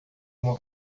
uma